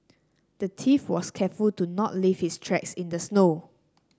the thief was careful to not leave his tracks in the snow